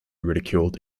ridiculed